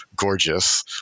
Gorgeous